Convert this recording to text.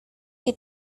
que